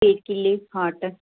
sweet కిళ్ళీ hot